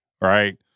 right